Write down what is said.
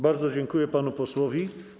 Bardzo dziękuję panu posłowi.